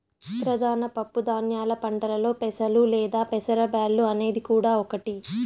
ప్రధాన పప్పు ధాన్యాల పంటలలో పెసలు లేదా పెసర బ్యాల్లు అనేది కూడా ఒకటి